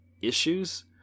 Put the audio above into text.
issues